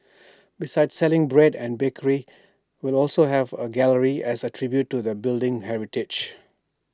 besides selling bread and bakery will also have A gallery as A tribute to the building's heritage